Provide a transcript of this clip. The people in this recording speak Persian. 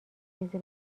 چیزی